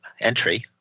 entry